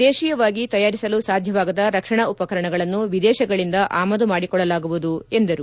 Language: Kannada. ದೇಶೀಯವಾಗಿ ತಯಾರಿಸಲು ಸಾಧ್ವವಾಗದ ರಕ್ಷಣಾ ಉಪಕರಣಗಳನ್ನು ವಿದೇಶಗಳಿಂದ ಆಮದು ಮಾಡಿಕೊಳ್ಳಲಾಗುವುದು ಎಂದರು